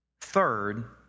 Third